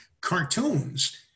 cartoons